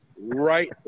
right